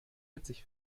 witzig